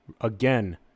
Again